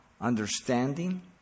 understanding